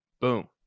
Boom